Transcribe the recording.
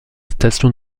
station